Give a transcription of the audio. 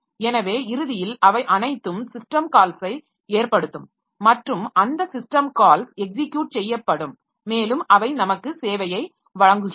எனவே இறுதியில் அவை அனைத்தும் சிஸ்டம் கால்ஸை ஏற்படுத்தும் மற்றும் அந்த சிஸ்டம் கால்ஸ் எக்ஸிக்யூட் செய்யப்படும் மேலும் அவை நமக்கு சேவையை வழங்குகின்றன